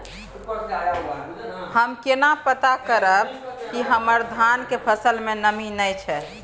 हम केना पता करब की हमर धान के फसल में नमी नय छै?